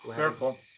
careful.